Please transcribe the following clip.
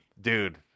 Dude